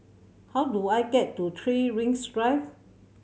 how do I get to Three Rings Drive